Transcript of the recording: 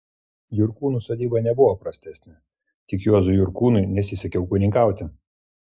jurkūnų sodyba nebuvo prastesnė tik juozui jurkūnui nesisekė ūkininkauti